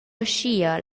aschia